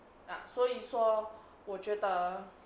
ah 所以说我觉得